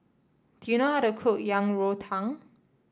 do you know how to cook Yang Rou Tang